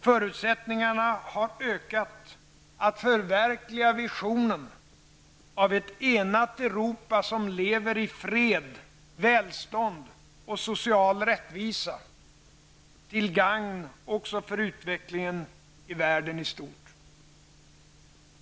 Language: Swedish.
Förutsättningarna har ökat att förverkliga visionen av ett enat Europa som lever i fred, välstånd och social rättvisa, till gagn också för utvecklingen i världen i stort.